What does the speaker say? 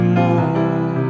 more